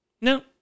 No